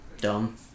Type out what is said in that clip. Dumb